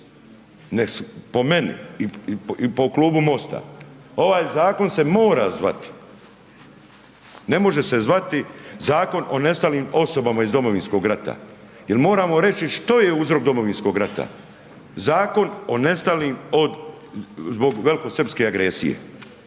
po meni i po klubu MOST-a, ovaj zakon se mora zvati, ne može se zvati zakon o nestalim osobama iz Domovinskog rata jer moramo reći što je uzrok Domovinskog rata, zakon o nestalim zbog velikosrpske agresije